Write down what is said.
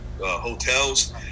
hotels